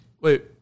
Wait